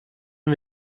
und